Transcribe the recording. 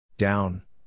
Down